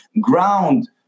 ground